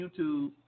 YouTube